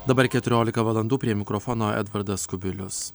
dabar keturiolika valandų prie mikrofono edvardas kubilius